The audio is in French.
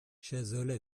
chazolles